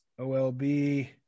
olb